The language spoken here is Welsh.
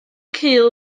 cul